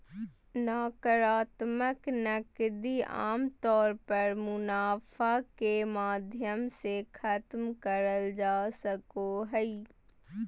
नाकरात्मक नकदी आमतौर पर मुनाफा के माध्यम से खतम करल जा सको हय